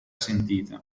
sentita